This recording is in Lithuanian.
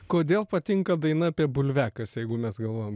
kodėl patinka daina apie bulviakasį jeigu mes galvojam